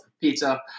Pizza